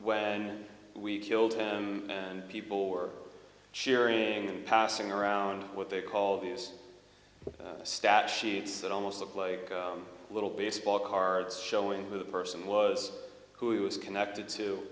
when we killed him and people were cheering and passing around what they call these statutes that almost look like little baseball cards showing who the person was who it was connected to